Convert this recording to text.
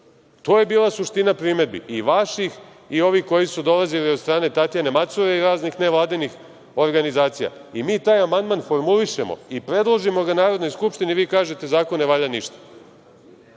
je bila suština primedbi i vaših i ovih koji su dolazili od strane Tatjane Macure i raznih nevladinih organizacija. I mi taj amandman formulišemo i predložimo ga Narodnoj skupštini, a vi kažete da zakon ne valja ništa.